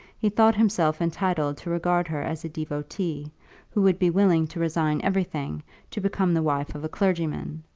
he thought himself entitled to regard her as devotee, who would be willing to resign everything to become the wife of a clergyman,